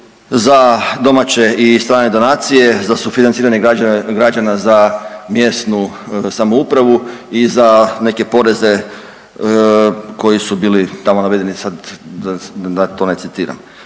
za domaće i strane donacije, za sufinanciranje građana za mjesnu samoupravu i za neke poreze koji su bili tamo navedeni sad da to ne citiram.